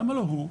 למה לא הוא?